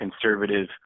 conservative